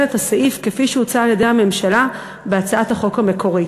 את הסעיף כפי שהוצע על-ידי הממשלה בהצעת החוק המקורית,